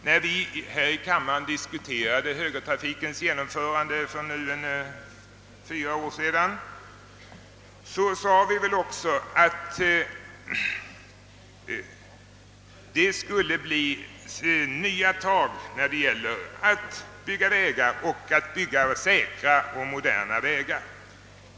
När vi här i kammaren diskuterade högertrafikens genomförande för fyra år sedan, sade vi väl också, att det skulle bli nya tag när det gäller att bygga säkra och moderna vägar.